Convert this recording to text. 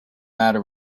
matter